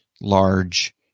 large